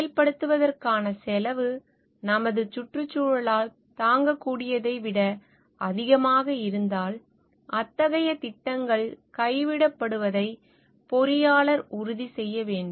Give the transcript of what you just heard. செயல்படுத்துவதற்கான செலவு நமது சுற்றுச்சூழலால் தாங்கக்கூடியதை விட அதிகமாக இருந்தால் அத்தகைய திட்டங்கள் கைவிடப்படுவதை பொறியாளர் உறுதி செய்ய வேண்டும்